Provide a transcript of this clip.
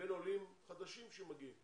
לבין עולים חדשים שהגיעו.